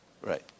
right